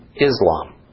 Islam